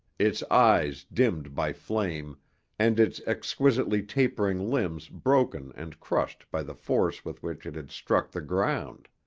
its eyes dimmed by flame and its exquisitely tapering limbs broken and crushed by the force with which it had struck the ground.